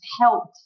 helped